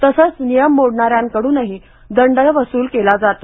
तसंच नियम मोडणा यांकडून दंडही वसूल केला जातो